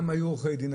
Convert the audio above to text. פעם היו עורכי דין,